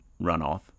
Runoff